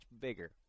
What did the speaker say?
bigger